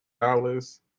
dollars